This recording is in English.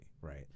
right